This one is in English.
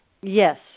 Yes